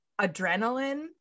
Adrenaline